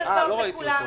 תודה.